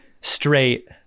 straight